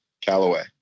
Callaway